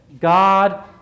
God